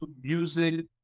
music